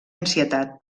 ansietat